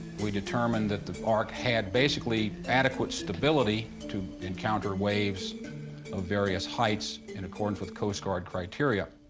we determined that the ark had basically adequate stability to encounter waves of various heights in accordance with coast guard criteria.